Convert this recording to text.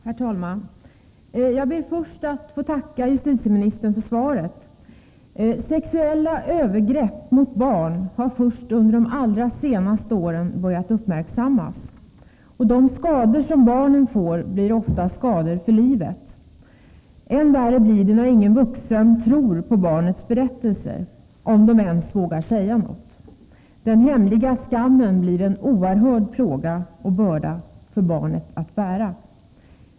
Herr talman! Jag ber först att få tacka justitieministern för svaret. Sexuella övergrepp mot barn har först under de allra senaste åren börjat uppmärksammas. Och de skador som barnen får blir ofta skador för livet. Än värre blir det när ingen vuxen tror på barnens berättelser, om barnen ens vågar säga något. Den hemliga skammen blir en oerhörd plåga och börda för barnen att bära.